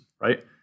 right